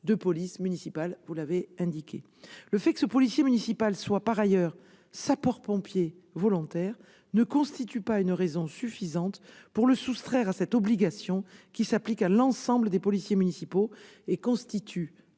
de police municipale. » Le fait que ce policier municipal soit, par ailleurs, sapeur-pompier volontaire, n'est pas une raison suffisante pour le soustraire à cette obligation, qui s'applique à l'ensemble des policiers municipaux et constitue